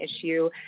issue